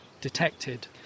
detected